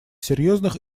серьезных